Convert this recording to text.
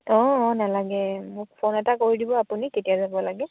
অঁ অঁ নেলাগে মোক ফোন এটা কৰি দিব আপুনি কেতিয়া যাব লাগে